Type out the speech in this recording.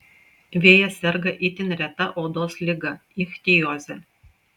vėjas serga itin reta odos liga ichtioze